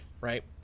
right